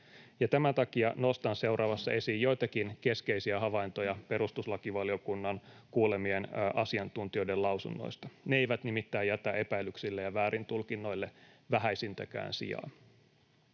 Tämän takia nostan seuraavassa esiin joitakin keskeisiä havaintoja perustuslakivaliokunnan kuulemien asiantuntijoiden lausunnoista. Ne eivät nimittäin jätä epäilyksille ja väärintulkinnoille vähäisintäkään sijaa.